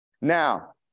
Now